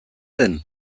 den